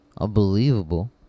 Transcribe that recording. unbelievable